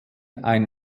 ein